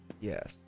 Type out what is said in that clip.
Yes